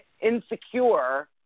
insecure